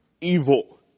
evil